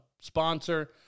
sponsor